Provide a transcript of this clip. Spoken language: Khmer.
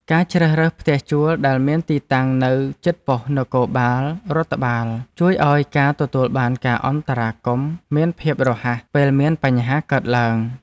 ការជ្រើសរើសផ្ទះជួលដែលមានទីតាំងនៅជិតប៉ុស្តិ៍នគរបាលរដ្ឋបាល ជួយឱ្យការទទួលបានការអន្តរាគមន៍មានភាពរហ័សពេលមានបញ្ហាកើតឡើង។